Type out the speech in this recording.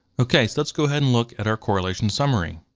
okay, so let's go ahead and look at our correlation summary.